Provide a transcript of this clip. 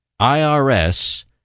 IRS